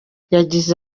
yagize